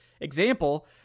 example